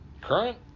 Current